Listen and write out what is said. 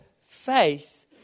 faith